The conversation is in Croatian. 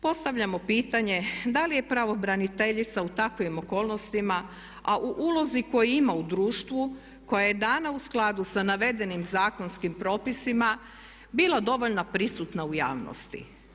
Postavljamo pitanje da li je pravobraniteljica u takvim okolnostima a u ulozi koju ima u društvu, koja je dana u skladu sa navedenim zakonskim propisima bilo dovoljno prisutna u javnosti.